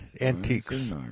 antiques